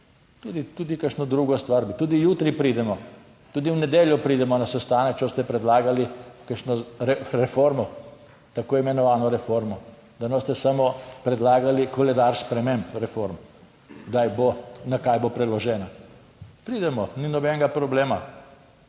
tudi kakšno drugo stvar, tudi jutri pridemo, tudi v nedeljo pridemo na sestanek, če boste predlagali kakšno reformo, tako imenovano reformo, da ne boste samo predlagali koledar sprememb reform, kdaj bo, na kaj bo preložena. Pridemo, ni nobenega problema,